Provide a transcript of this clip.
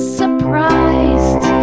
surprised